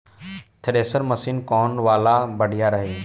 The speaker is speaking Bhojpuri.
थ्रेशर मशीन कौन वाला बढ़िया रही?